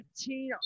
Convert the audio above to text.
15